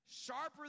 sharper